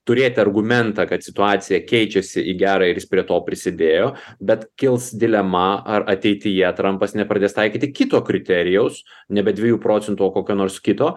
turėti argumentą kad situacija keičiasi į gerą ir jis prie to prisidėjo bet kils dilema ar ateityje trampas nepradės taikyti kito kriterijaus nebe dviejų procentų o kokio nors kito